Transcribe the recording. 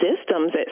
systems